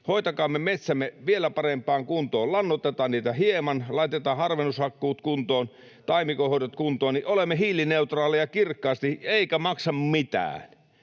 hoitakaamme metsämme vielä parempaan kuntoon. Lannoitetaan niitä hieman, laitetaan harvennushakkuut kuntoon, taimikonhoidot kuntoon, [Petri Huru: Juuri näin!] niin olemme hiilineutraaleja kirkkaasti, eikä maksa mitään.